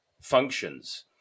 functions